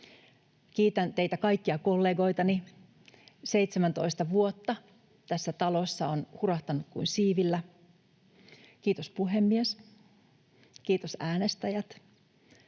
Kiitän teitä kaikkia kollegoitani. 17 vuotta tässä talossa on hurahtanut kuin siivillä. Kiitos, puhemies. Kiitos, äänestäjät.